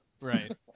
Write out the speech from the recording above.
Right